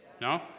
No